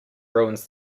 ruins